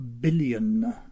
billion